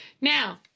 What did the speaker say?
Now